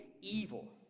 evil